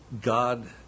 God